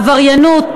עבריינות,